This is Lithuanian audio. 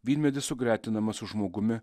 vynmedis sugretinamas su žmogumi